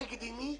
תקדימי,